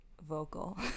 vocal